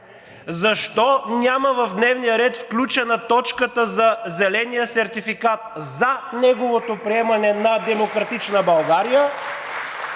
Защо няма в дневния ред включена точка за зеления сертификат – за неговото приемане на „Демократична България“